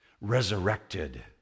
resurrected